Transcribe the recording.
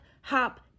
Hop